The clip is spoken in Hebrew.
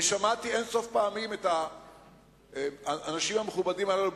שמעתי אין-סוף פעמים את האנשים המכובדים הללו,